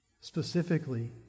Specifically